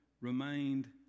remained